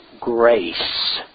grace